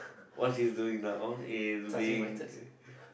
what he's doing now is being